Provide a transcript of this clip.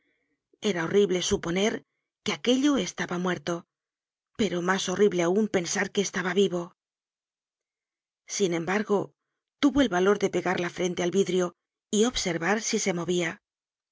era horrible suponer que aquello estaba muerto pero mas horrible aun pensar que estaba vivo sin embargo tuvo el valor de pegar la frente al vidrio y observar si se movia